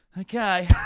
Okay